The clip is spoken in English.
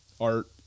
Art